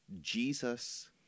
Jesus